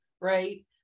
right